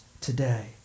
today